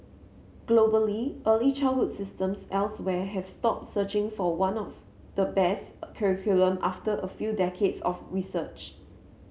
globally early childhood systems elsewhere have stopped searching for one of the best curriculum after a few decades of research